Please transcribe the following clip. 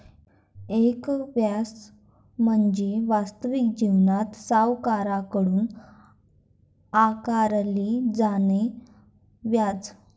एकूण व्याज म्हणजे वास्तविक जीवनात सावकाराकडून आकारले जाणारे व्याज